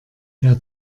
der